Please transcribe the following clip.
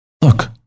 Look